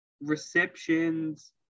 receptions